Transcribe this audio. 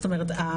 זאת אומרת,